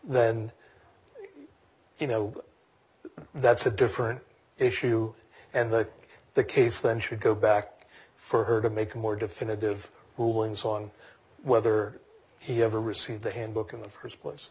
then you know that's a different issue and like the case then should go back for her to make a more definitive ruling song whether he ever received the handbook in the st place